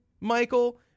Michael